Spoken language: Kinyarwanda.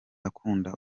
akunda